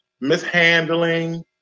mishandling